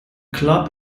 club